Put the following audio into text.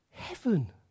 Heaven